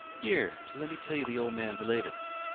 here, let me tell you the old mans latest.